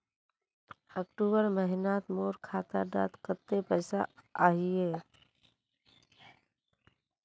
अक्टूबर महीनात मोर खाता डात कत्ते पैसा अहिये?